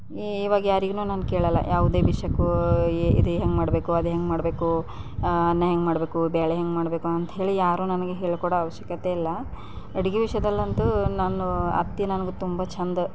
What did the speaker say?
ಇವಾಗ ಯಾರಿಗೂ ನಾನು ಕೇಳಲ್ಲ ಯಾವುದೇ ವಿಷಯಕ್ಕೂ ಇದು ಹೆಂಗೆ ಮಾಡಬೇಕು ಅದು ಹೆಂಗೆ ಮಾಡಬೇಕು ಅನ್ನ ಹೆಂಗೆ ಮಾಡಬೇಕು ಬೇಳೆ ಹೆಂಗೆ ಮಾಡಬೇಕು ಅಂತೇಳಿ ಯಾರು ನನಗೆ ಹೇಳ್ಕೊಡೋ ಅವಶ್ಯಕತೆ ಇಲ್ಲ ಅಡುಗೆ ವಿಷಯದಲ್ಲಂತೂ ನಾನು ಅತ್ತೆ ನನಗೆ ತುಂಬ ಚೆಂದ